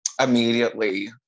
immediately